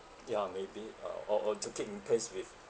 ya maybe uh or or to keep in pace with